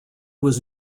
was